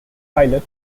pilot